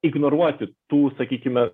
ignoruoti tų sakykime